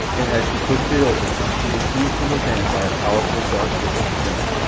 and as she pushed it open she was seized from within by a powerful, dark-visaged man,